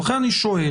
לכן אני שואל,